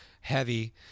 heavy